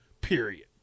period